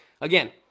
again